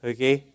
Okay